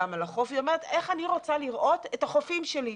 גם על החוף והיא אומרת איך אני רוצה לראות את החופים שלי,